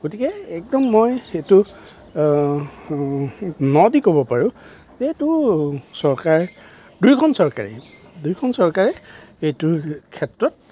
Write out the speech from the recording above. গতিকে একদম মই এইটো ন দি ক'ব পাৰোঁ যে এইটো চৰকাৰে দুয়োখন চৰকাৰেই এইটোৰ ক্ষেত্ৰত